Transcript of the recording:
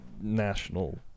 national